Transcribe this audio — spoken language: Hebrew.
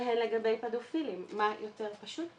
והן לגבי פדופילים מה יותר פשוט מזה,